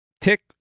Tick